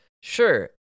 Sure